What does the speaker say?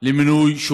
אני רוצה לאחל לה